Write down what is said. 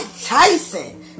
Tyson